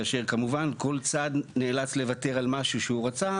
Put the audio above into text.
כאשר כמובן כל צד נאלץ לוותר על משהו שהוא רצה,